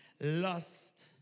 lust